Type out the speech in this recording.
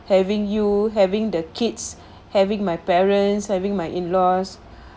having you having the kids having my parents having my in laws